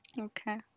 Okay